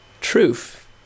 truth